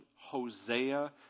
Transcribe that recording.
Hosea